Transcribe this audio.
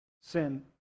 sin